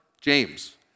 James